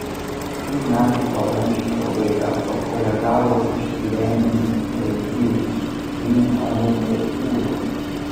šių metų balandžio pabaiga pakoregavo išgyvenimų orientyrus gimė anūkė ūla